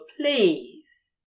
please